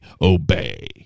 obey